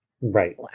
Right